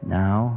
now